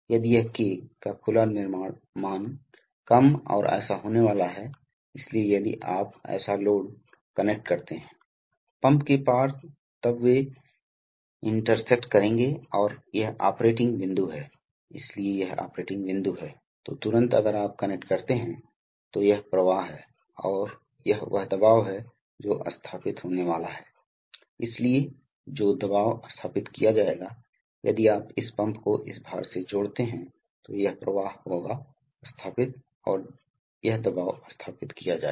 अब सिस्टम घटकों में कंप्रेसर दबाव स्रोत है कभी कभी आपके पास एक रैखिक वायु सिलेंडर हो सकता है या कभी कभी आपके पास एक न्यूमेटिक्स मोटर रिजर्वायर या संचायक भी हो सकता है इस तथ्य के कारण रिजर्वायर संचायक बहुत आवश्यक है क्योंकि न्यूमैटिक प्रणाली प्रतिक्रिया करती है भुगतना पड़ता है मान लीजिए कि आप एक सिलेंडर को स्थानांतरित करना चाहते हैं तो आपको उस पर दबाव बनाना होगा अब दबाव बनाने में वास्तव में कुछ समय लगेगा क्योंकि हवा को सिलेंडर कक्ष में प्रवाह करना होगा और फिर पर्याप्त रूप से संपीड़ित करना होगा